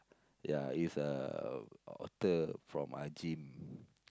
ya he's a author from